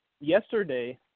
yesterday